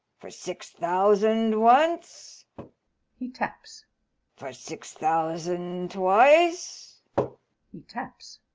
for six thousand once he taps for six thousand twice he taps.